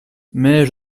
mais